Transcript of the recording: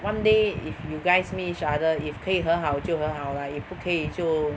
one day if you guys meet each other if 配合好就和好 lah if 不可以就